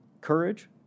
Courage